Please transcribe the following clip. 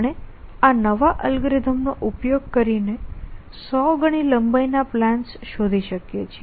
આપણે આ નવા અલ્ગોરિધમનો ઉપયોગ કરીને 100 ગણી લંબાઈ ના પ્લાન્સ શોધી શકીએ છીએ